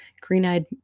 green-eyed